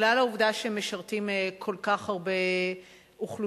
בגלל העובדה שהם משרתים כל כך הרבה אוכלוסיות,